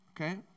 Okay